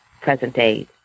present-day